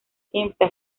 simple